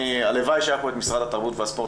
הלוואי והיו פה נציגים ממשרד התרבות והספורט,